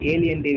Alien